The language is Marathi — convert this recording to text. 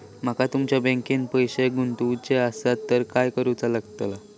माका तुमच्या बँकेत पैसे गुंतवूचे आसत तर काय कारुचा लगतला?